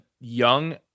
young